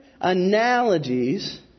analogies